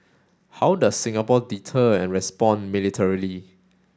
how does Singapore deter and respond militarily